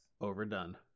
Overdone